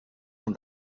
from